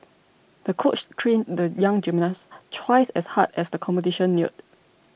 the coach trained the young gymnast twice as hard as the competition neared